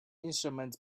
instruments